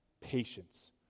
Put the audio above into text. patience